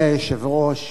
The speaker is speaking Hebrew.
כנסת נכבדה,